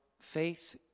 faith